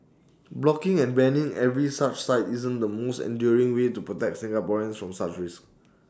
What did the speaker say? blocking and banning every such site isn't the most enduring way to protect Singaporeans from such risks